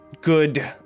good